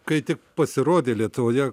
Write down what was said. kai tik pasirodė lietuvoje